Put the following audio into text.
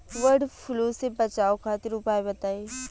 वड फ्लू से बचाव खातिर उपाय बताई?